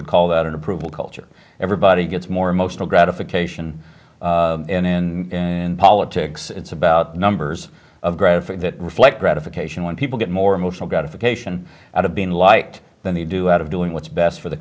would call that an approval culture everybody gets more emotional gratification in politics it's about numbers of graphic that reflect gratification when people get more emotional gratification out of being liked than they do out of doing what's best for the